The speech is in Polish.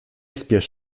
spiesz